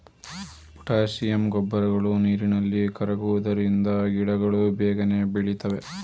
potassium ಗೊಬ್ಬರಗಳು ನೀರಿನಲ್ಲಿ ಕರಗುವುದರಿಂದ ಗಿಡಗಳು ಬೇಗನೆ ಬೆಳಿತವೆ